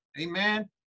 Amen